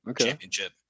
championship